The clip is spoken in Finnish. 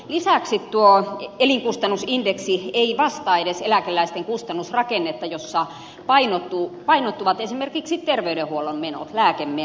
lisäksi tuo elinkustannusindeksi ei vastaa edes eläkeläisten kustannusrakennetta jossa painottuvat esimerkiksi terveydenhuollon menot lääkemenot